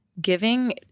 giving